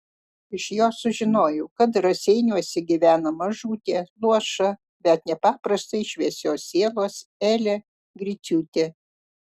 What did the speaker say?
iš jo sužinojau kad raseiniuose gyvena mažutė luoša bet nepaprastai šviesios sielos elė griciūtė